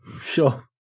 Sure